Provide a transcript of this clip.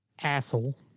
asshole